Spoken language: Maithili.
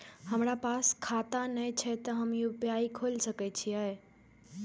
हमरा पास खाता ने छे ते हम यू.पी.आई खोल सके छिए?